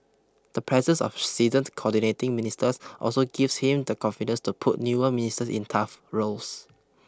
the presence of seasoned coordinating ministers also gives him the confidence to put newer ministers in tough roles